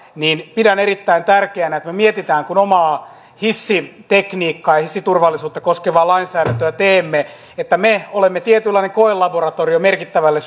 pidän erittäin tärkeänä että me mietimme kun omaa hissitekniikkaa hissiturvallisuutta koskevaa lainsäädäntöä teemme että me olemme tietynlainen koelaboratorio merkittävälle